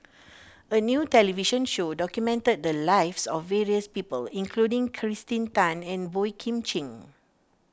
a new television show documented the lives of various people including Kirsten Tan and Boey Kim Cheng